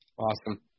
Awesome